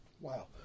Wow